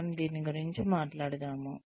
మనము దీని గురించి మాట్లాడుదాము